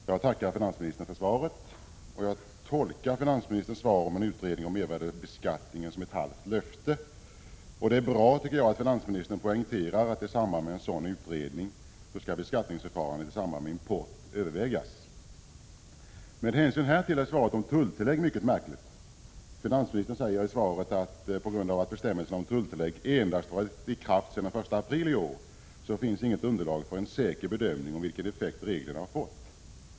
Herr talman! Jag tackar finansministern för svaret. Jag tolkar finansministerns svar om en utredning om mervärdebeskattningen som ett halvt löfte. Det är bra att finansministern poängterar att beskattningsförfarandet när det gäller import skall övervägas i samband med en sådan utredning. Med hänsyn härtill är svaret om tulltillägg mycket märkligt. Finansministern säger i svaret, att på grund av att bestämmelserna om tulltillägg endast varit i kraft sedan den 1 april i år finns det inget underlag för en säker 5 bedömning om vilken effekt reglerna har fått.